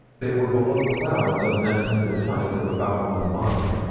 they were below clouds of an estimated height of about one mile.